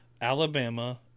Alabama